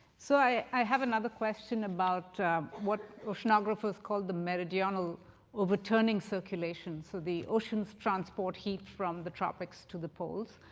so i i have another question about what oceanographers call the meridional overturning circulation. so the oceans transport heat from the tropics to the poles.